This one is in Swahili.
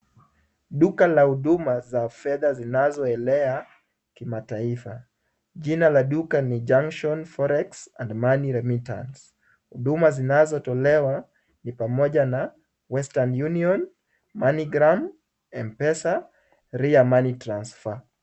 Duka la huduma za fedha zinazoeneakimataifa. Jina la duka ni Junction Forex and Money Remittance. Huduma zinazotolewa ni pamoja na Western Union, MoneyGram, M-Pesa, na Ria Money Transfer.